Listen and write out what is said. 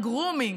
ה-grooming,